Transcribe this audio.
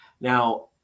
Now